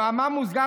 במאמר מוסגר,